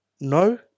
no